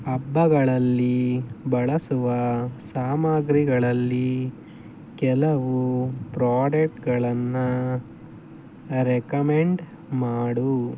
ಹಬ್ಬಗಳಲ್ಲಿ ಬಳಸುವ ಸಾಮಗ್ರಿಗಳಲ್ಲಿ ಕೆಲವು ಪ್ರಾಡಕ್ಟ್ಗಳನ್ನು ರೆಕಮೆಂಡ್ ಮಾಡು